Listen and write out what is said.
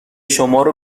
شمارو